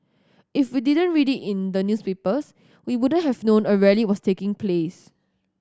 if we didn't read it in the newspapers we wouldn't have known a rally was taking place